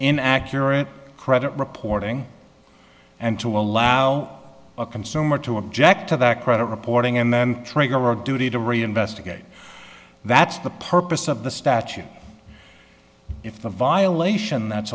an accurate credit reporting and to allow a consumer to object to that credit reporting and then trigger a duty to reinvestigate that's the purpose of the statute if the violation that's